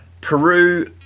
Peru